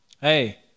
Hey